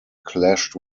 clashed